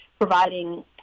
providing